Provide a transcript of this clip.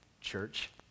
Church